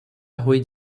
ହୋଇ